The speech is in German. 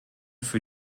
für